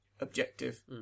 objective